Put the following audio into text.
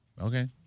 Okay